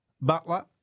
Butler